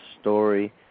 story